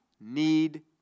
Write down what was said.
need